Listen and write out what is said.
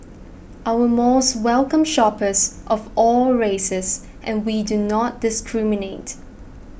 our malls welcome shoppers of all races and we do not discriminate